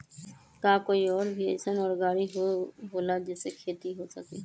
का कोई और भी अइसन और गाड़ी होला जे से खेती हो सके?